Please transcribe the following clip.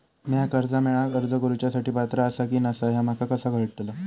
म्या कर्जा मेळाक अर्ज करुच्या साठी पात्र आसा की नसा ह्या माका कसा कळतल?